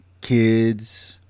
kids